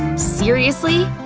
seriously?